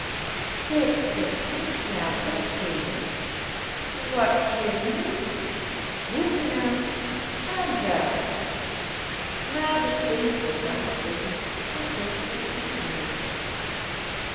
kijk toch niet naar datgene wat je niets hoegenaamd aangaat maar de tinnen soldaat deed alsof hij het niet hoorde